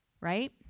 right